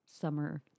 summer